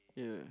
yeah